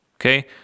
Okay